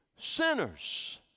Sinners